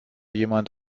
jemand